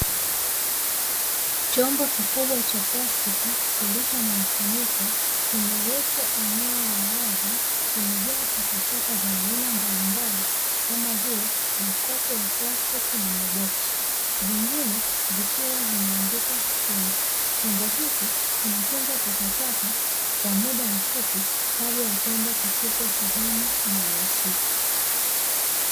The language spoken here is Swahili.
Chombo kikubwa cha plastiki kilicho na mfuniko, kimewekwa eneo la wazi, kimejaa takataka za aina mbalimbali kama vile makopo ya plastiki, na maboksi. Zingine zikiwa zimeanguka chini. Chombo hiki kinatunza takataka kwa muda mfupi kabla ya kwenda kutupwa sehemu inayohusika.